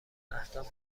اهداف